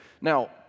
Now